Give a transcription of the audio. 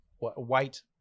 white